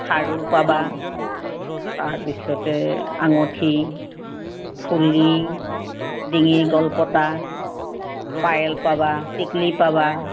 খাৰু পাবা তাৰপিছত আঙঠি ফুলি ডিঙিৰ গলপতা পায়েল পাবা টিকলি পাবা